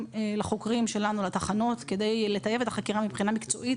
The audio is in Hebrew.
לחוקרים שלנו לתחנות כדי לטייב את החקירה מבחינה מקצועית.